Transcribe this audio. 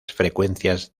frecuencias